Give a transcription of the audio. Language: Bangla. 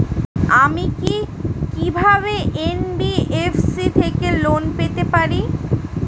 আমি কি কিভাবে এন.বি.এফ.সি থেকে লোন পেতে পারি?